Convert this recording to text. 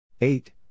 Eight